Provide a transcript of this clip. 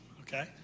okay